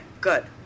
good